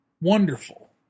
wonderful